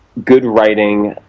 good writing,